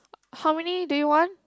how many do you want